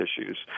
issues